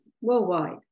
worldwide